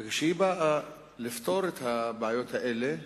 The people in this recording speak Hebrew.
וכשהיא באה לפתור את הבעיות האלה,